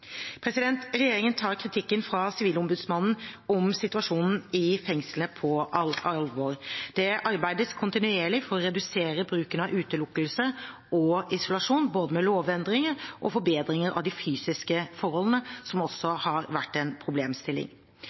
Regjeringen tar kritikken fra Sivilombudsmannen om situasjonen i fengslene på alvor. Det arbeides kontinuerlig for å redusere bruken av utelukkelse og isolasjon, med både lovendringer og forbedringer av de fysiske forholdene, som også har vært en problemstilling.